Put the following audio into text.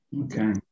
Okay